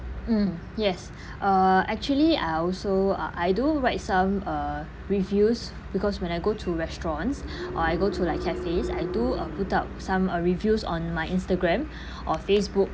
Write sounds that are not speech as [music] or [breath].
mm yes [breath] uh actually I also uh I do write some uh reviews because when I go to restaurants [breath] or I go to like cafes I do uh put up some uh reviews on my Instagram [breath] or Facebook